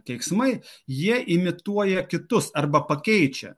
keiksmai jie imituoja kitus arba pakeičia